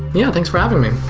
yeah, thanks for having me.